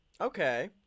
Okay